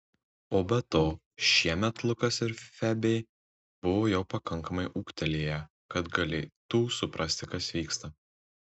o be to šiemet lukas ir febė buvo jau pakankamai ūgtelėję kad galėtų suprasti kas vyksta